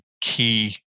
key